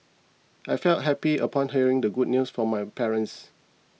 I felt happy upon hearing the good news from my parents